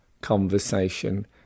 conversation